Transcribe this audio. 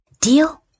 Deal